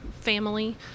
family